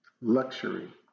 Luxury